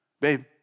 babe